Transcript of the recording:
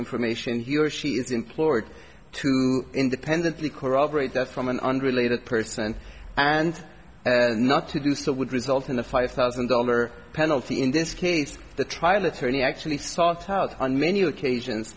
information he or she is employed to independently corroborate that from an unrelated person and not to do so would result in a five thousand dollar penalty in this case the trial attorney actually sought out on many occasions